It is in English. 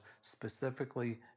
specifically